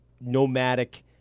Nomadic